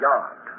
Yard